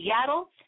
Seattle